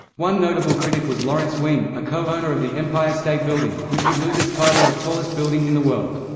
one notable critic was lawrence wien, a co-owner of the empire state building, which would lose its title of tallest building in the world.